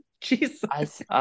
Jesus